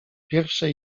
pierwsze